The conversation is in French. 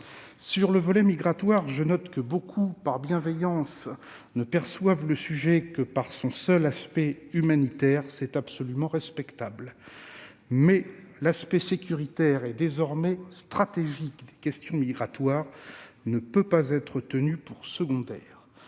Sur le volet migratoire, je note que beaucoup, par bienveillance, ne perçoivent le sujet que du seul point de vue humanitaire. C'est absolument respectable, mais l'aspect sécuritaire et désormais stratégique des questions migratoires ne peut être tenu pour secondaire.